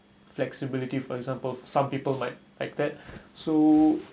flexibility for example some people might like that so